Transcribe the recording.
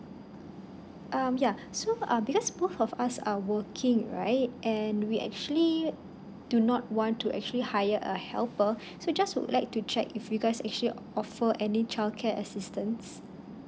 um yeah so because both of us are working right and we actually do not want to actually hire a helper so just would like to check if you guys actually offer any childcare assistance